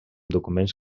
documents